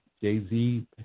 Jay-Z